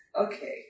Okay